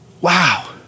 Wow